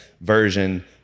version